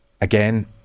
again